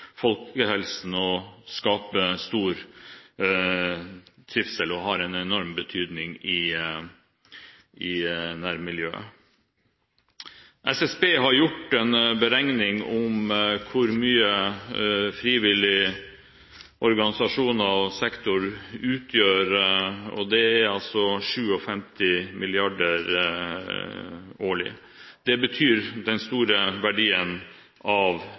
folkehelsen, skaper stor trivsel og har en enorm betydning for nærmiljøet. SSB har gjort en beregning av hvor mye innsatsen til frivillige organisasjoner og sektorer utgjør. Det er 57 mrd. kr årlig. Så stor er verdien av